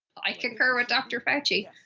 i concur with dr. fauci.